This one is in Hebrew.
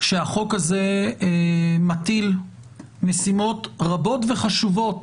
החוק הזה מטיל משימות רבות וחשובות